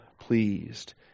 pleased